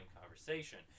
conversation